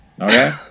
Okay